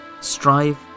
strive